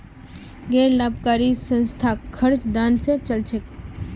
गैर लाभकारी संस्थार खर्च दान स चल छेक